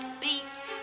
beat